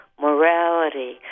morality